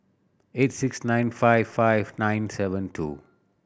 eight six nine five five nine seven two